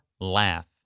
laugh